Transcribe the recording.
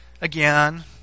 Again